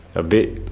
a bit,